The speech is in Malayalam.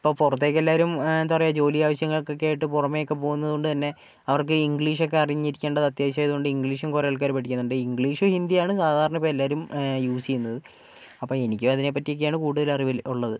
ഇപ്പോൾ പുറത്തേക്കെല്ലാവരും എന്താ പറയാ ജോലി ആവശ്യങ്ങൾക്കൊക്കെയായിട്ട് പുറമെയൊക്കെ പോവുന്നതുകൊണ്ട് തന്നെ അവർക്ക് ഈ ഇംഗ്ലീഷ് ഒക്കെ അറിഞ്ഞിരിക്കേണ്ടത് അത്യാവശ്യമാതുകൊണ്ട് തന്നെ ഇംഗ്ലീഷും കുറെ ആൾക്കാർ പഠിക്കുന്നുണ്ട് ഇംഗ്ലീഷും ഹിന്ദിയുമാണ് സാധാരണ ഇപ്പോൾ എല്ലാവരും യൂസ് ചെയ്യുന്നത് അപ്പം എനിക്കും അതിനെപ്പറ്റിയാണ് കൂടുതൽ അറിവ് ഉള്ളത്